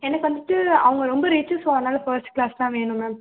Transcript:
எனக்கு வந்துட்டு அவங்க ரொம்ப ரிச்சு ஸோ அதனால் ஃபர்ஸ்ட் கிளாஸ் தான் வேண்டும் மேம்